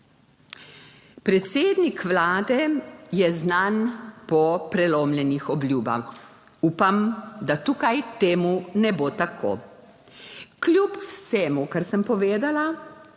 Predsednik Vlade je znan po prelomljenih obljubah. Upam, da tukaj temu ne bo tako. Kljub vsemu kar sem povedala